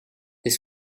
des